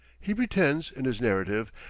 he pretends, in his narrative,